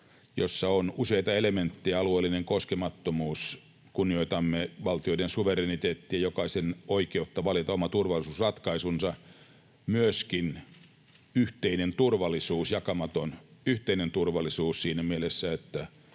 joissa on useita elementtejä: alueellinen koskemattomuus, kunnioitamme valtioiden suvereniteettia ja jokaisen oikeutta valita oma turvallisuusratkaisunsa, myöskin yhteinen turvallisuus, jakamaton yhteinen turvallisuus siinä mielessä, että